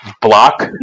block